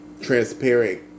transparent